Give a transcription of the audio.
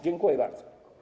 Dziękuję bardzo.